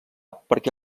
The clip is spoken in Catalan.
perquè